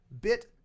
bit